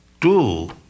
two